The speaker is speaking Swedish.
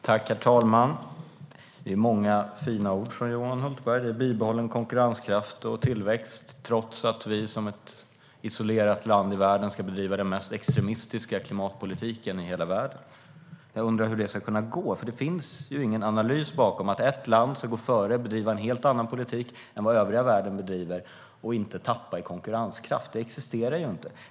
Herr talman! Johan Hultberg kommer med många fina ord. Han talar om bibehållen konkurrenskraft och tillväxt, trots att vi som ett isolerat land i världen ska bedriva den mest extremistiska klimatpolitiken i hela världen. Jag undrar hur det ska gå. Det finns nämligen ingen analys bakom att ett land ska gå före och bedriva en helt annan politik än övriga världen och inte tappa i konkurrenskraft. Det existerar ju inte.